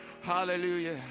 hallelujah